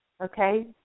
okay